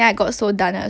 is it